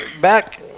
back